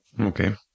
Okay